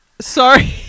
Sorry